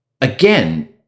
again